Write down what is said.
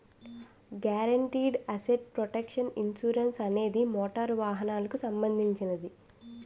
guaranteed asset protection insurance అనేది motor వాహనాలకు సంబంధించినది